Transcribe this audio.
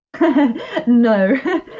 No